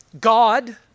God